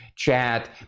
chat